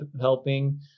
helping